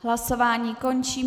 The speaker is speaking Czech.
Hlasování končím.